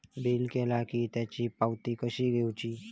Bill केला की त्याची पावती कशी घेऊची?